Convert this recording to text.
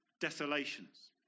Desolations